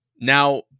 Now